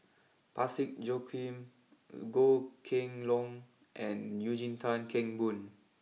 Parsick Joaquim Goh Kheng long and Eugene Tan Kheng Boon